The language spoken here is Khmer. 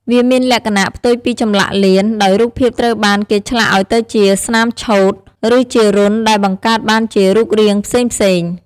វាមានលក្ខណៈផ្ទុយពីចម្លាក់លៀន ដោយរូបភាពត្រូវបានគេឆ្លាក់ឲ្យទៅជាស្នាមឆូត ឬជារន្ធដែលបង្កើតបានជារូបរាងផ្សេងៗ។